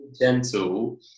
gentle